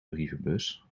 brievenbus